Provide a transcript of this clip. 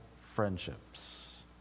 friendships